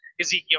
Ezekiel